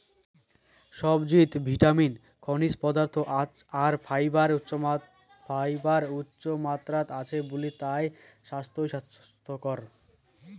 সবজিত ভিটামিন, খনিজ পদার্থ আর ফাইবার উচ্চমাত্রাত আছে বুলি তায় স্বাইস্থ্যকর